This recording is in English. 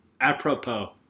Apropos